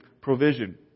provision